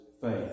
faith